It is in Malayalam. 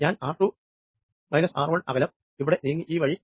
ഞാൻ ആർ 2 ആർ 1 അകലം ഇവിടെ നീങ്ങി ഈ വഴി